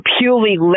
purely